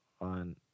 on –